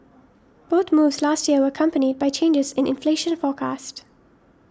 both moves last year were accompanied by changes in inflation forecast